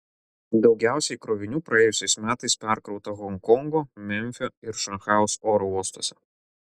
daugiausiai krovinių praėjusiais metais perkrauta honkongo memfio ir šanchajaus oro uostuose